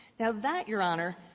now that, your honor,